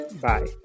Bye